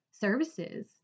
services